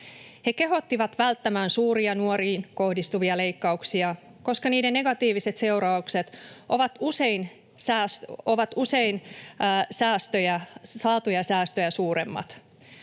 He kehottivat välttämään suuria nuoriin kohdistuvia leikkauksia, koska niiden negatiiviset seuraukset ovat usein saatuja säästöjä suuremmat.